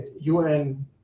UN